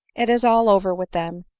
it is all over with them,